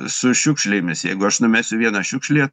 su šiukšlėmis jeigu aš numesiu vieną šiukšlę